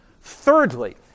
Thirdly